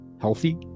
Healthy